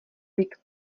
být